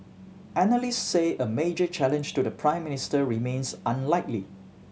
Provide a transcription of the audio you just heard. analysts say a major challenge to the Prime Minister remains unlikely